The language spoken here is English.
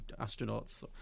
astronauts